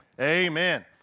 amen